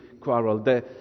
quarrel